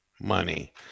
money